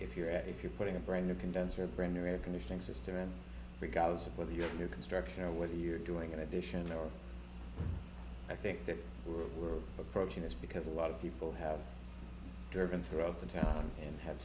if you're at if you're putting a brand new condenser brand new air conditioning system in regardless of whether your new construction or whether you're doing an addition or i think that we're approaching this because a lot of people have durbin throughout the town and ha